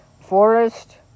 Forest